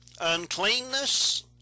uncleanness